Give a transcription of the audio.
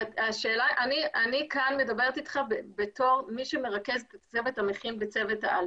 אני כאן מדברת איתך בתור מי שמרכזת את הצוות המכין בצוות העל.